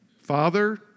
Father